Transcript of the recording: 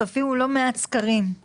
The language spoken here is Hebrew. בעוד חצי שעה נצביע.